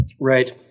Right